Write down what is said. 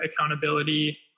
accountability